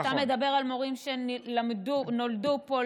אתה מדבר על מורים שנולדו פה,